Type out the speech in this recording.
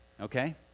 okay